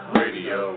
radio